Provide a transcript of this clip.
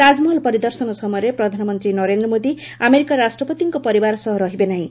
ତାଜମହଲ ପରିଦର୍ଶନ ସମୟରେ ପ୍ରଧାନମନ୍ତ୍ରୀ ନରେନ୍ଦ୍ର ମୋଦି ଆମେରିକା ରାଷ୍ଟ୍ରପତିଙ୍କ ପରିବାର ସହ ରହିବେ ନାହିଁ